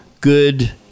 good